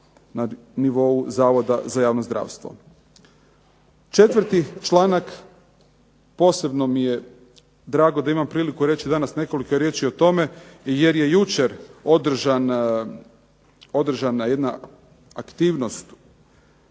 u nivou Zavoda za javno zdravstvo. Četvrti članak posebno mi je drago da imam priliku reći danas nekoliko riječi o tome, jer je jučer održana jedna aktivnost